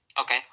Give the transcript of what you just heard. Okay